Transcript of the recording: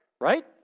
right